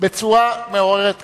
בצורה מעוררת כבוד.